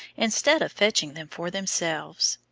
instead of fetching them for themselves.